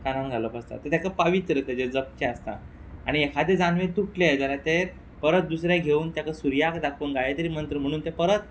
कानान घालप आसता तें ताका पावित्र्य तेजें जपचें आसता आणी एखादें जानवें तुटलें जाल्या तें परत दुसरें घेवन तेका सुर्याक दाखोवन गायत्री मंत्र म्हणून तें परत